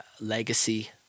legacy